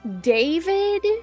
David